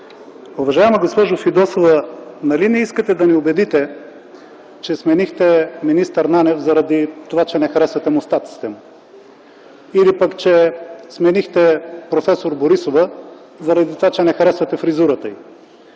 Уважаема госпожо Фидосова, нали не искате да ни убедите, че сменихте министър Нанев, заради това че не харесвате мустаците му, или пък че сменихте проф. Борисова, заради това че не харесвате фризурата й?!